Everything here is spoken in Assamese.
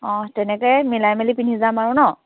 অহ তেনেকৈয়ে মিলাই মেলি পিন্ধি যাম আৰু ন'